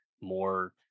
more